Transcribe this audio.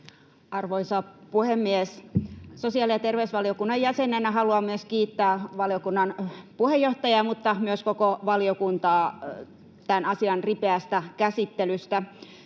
Arvoisa puhemies! Sosiaali- ja terveysvaliokunnan jäsenenä haluan kiittää valiokunnan puheenjohtajaa mutta myös koko valiokuntaa tämän asian ripeästä käsittelystä.